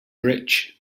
rich